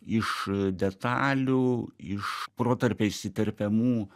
iš detalių iš protarpiais įterpiamų